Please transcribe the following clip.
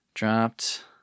Dropped